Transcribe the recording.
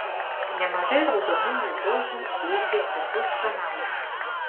nemažai raudonųjų dožų veikė vysockio naudai